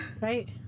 Right